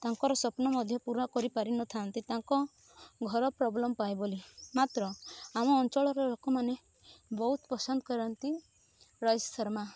ତାଙ୍କର ସ୍ୱପ୍ନ ମଧ୍ୟ ପୂରା କରିପାରି ନଥାନ୍ତି ତାଙ୍କ ଘର ପ୍ରୋବ୍ଲେମ୍ ପାଇଁ ବୋଲି ମାତ୍ର ଆମ ଅଞ୍ଚଳର ଲୋକମାନେ ବହୁତ ପସନ୍ଦ କରନ୍ତି ରୋହିତ ଶର୍ମା